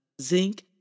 zinc